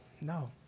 no